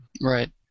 Right